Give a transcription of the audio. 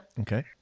okay